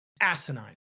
asinine